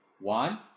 One